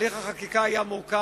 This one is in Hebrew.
תהליך החקיקה היה מורכב,